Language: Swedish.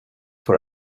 får